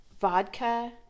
vodka